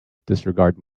disregard